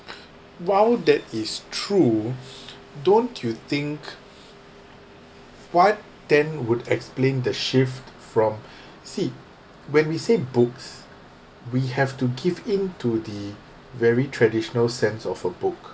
while that is true don't you think what then would explain the shift from see when we say books we have to give in to the very traditional sense of a book